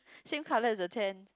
same colour as the tent